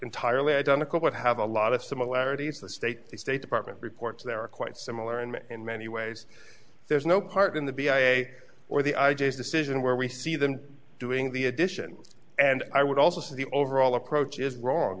entirely identical but have a lot of similarities the state the state department reports there are quite similar and in many ways there's no part in the b i a or the i just decision where we see them doing the addition and i would also say the overall approach is wrong